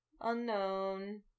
unknown